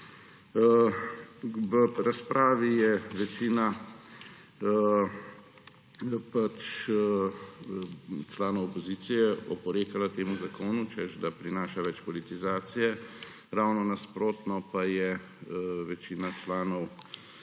V razpravi je večina pač članov opozicije oporekala temu zakonu, češ da prinaša več politizacije. Ravno nasprotno pa je večina članov